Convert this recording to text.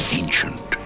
ancient